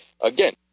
again